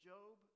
Job